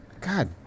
God